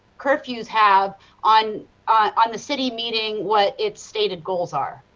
curfews have on on the city meeting what it stated goals are.